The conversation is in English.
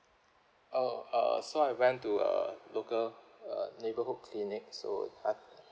oh uh so I went to a local uh neighbourhood clinic so I